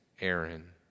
Aaron